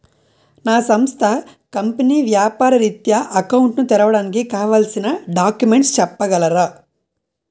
నా సంస్థ కంపెనీ వ్యాపార రిత్య అకౌంట్ ను తెరవడానికి కావాల్సిన డాక్యుమెంట్స్ చెప్పగలరా?